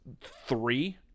three